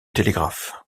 télégraphe